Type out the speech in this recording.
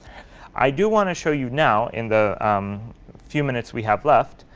i do want to show you now, in the um few minutes we have left,